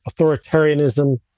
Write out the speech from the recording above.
authoritarianism